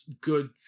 Good